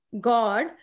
God